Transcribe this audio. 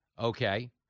Okay